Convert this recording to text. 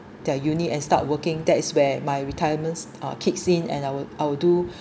their uni and start working that is where my retirements uh kicks in and I’ll I’ll do